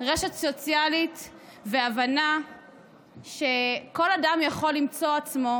רשת סוציאלית והבנה שכל אדם יכול למצוא עצמו,